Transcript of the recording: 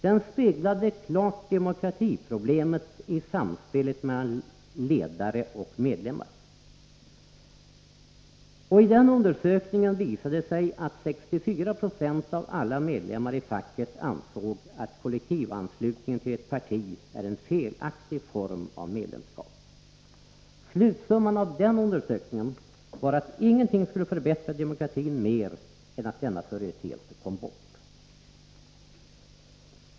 Den speglade klart demokratiproblemet i samspelet mellan ledare och medlemmar. Och i den undersökningen visade det sig att 64 92 av alla medlemmar i facket ansåg att kollektivanslutningen till ett parti är en felaktig form av medlemskap. Slutsumman av den undersökningen var att ingenting skulle förbättra demokratin mer än att denna företeelse kom bort.